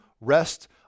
rest